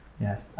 Yes